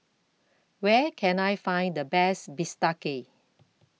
Where Can I Find The Best Bistake